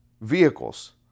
vehicles